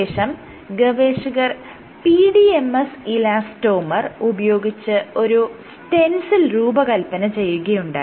ശേഷം ഗവേഷകർ PDMS elastomer ഉപയോഗിച്ച് ഒരു സ്റ്റെൻസിൽ രൂപകൽപന ചെയ്യുകയുണ്ടായി